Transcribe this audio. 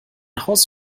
haus